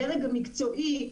בדרג המקצועי,